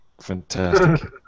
fantastic